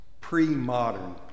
pre-modern